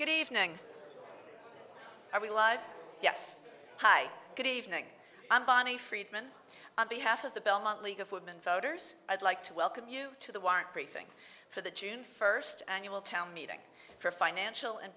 good evening we live yes hi good evening i'm bonnie freedman on behalf of the belmont league of women voters i'd like to welcome you to the warrant briefing for the june first annual town meeting for financial and